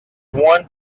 one